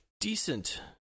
decent